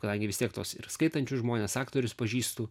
ką gi vis tiek tos ir skaitančius žmones aktorius pažįstu